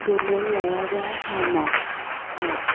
दलद लायाब्ला हामा